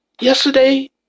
Yesterday